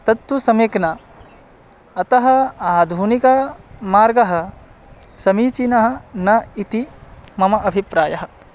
तत्तु सम्यक् न अतः आधुनिकमार्गः समीचीनः न इति मम अभिप्रायः